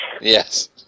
Yes